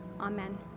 Amen